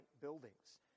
buildings